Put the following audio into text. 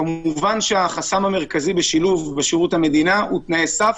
כמובן שהחסם המרכזי בשילוב בשירות המדינה הוא תנאי סף,